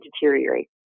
deteriorate